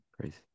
crazy